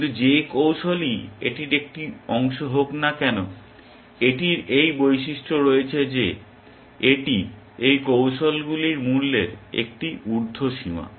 কিন্তু যে কৌশলই এটির একটি অংশ হোক না কেন এটির এই বৈশিষ্ট্য রয়েছে যে এটি এই কৌশলটির মূল্যের একটি উর্দ্ধসীমা